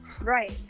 Right